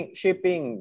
shipping